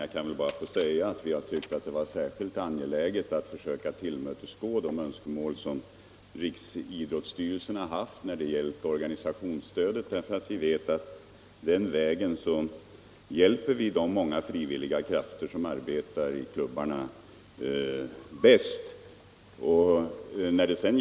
Jag vill bara säga att vi har tyckt det vara särskilt angeläget att tillmötesgå de önskemål som riksidrottsstyrelsen framställt när det gäller organisationsstödet därför att vi vet att vi den vägen bäst hjälper de många frivilliga krafterna inom idrottsrörelsen.